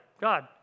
God